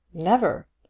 never.